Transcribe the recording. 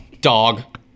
dog